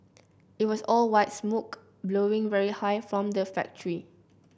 it was all white smoke blowing very high from the factory